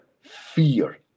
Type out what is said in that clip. fear